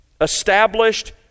established